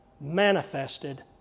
manifested